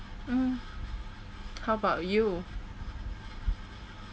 mmhmm how about you